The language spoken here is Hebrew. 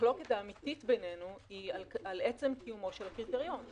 המחלוקת האמיתית בינינו היא על עצם קיומו של הקריטריון.